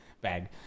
bag